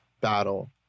battle